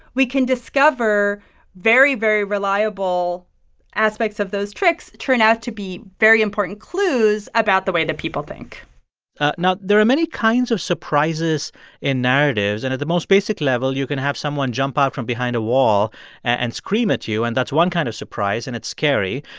we can discover very, very reliable aspects of those tricks turn out to be very important clues about the way that people think now, there are many kinds of surprises in narratives. and at the most basic level, you can have someone jump out from behind a wall and scream at you, and that's one kind of surprise, and it's scary.